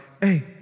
hey